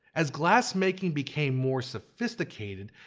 as glass making became more sophisticated,